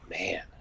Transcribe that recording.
man